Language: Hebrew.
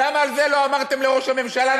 למה על זה לא אמרתם לראש הממשלה,